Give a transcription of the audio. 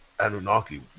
Anunnaki